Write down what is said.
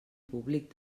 públic